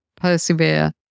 persevere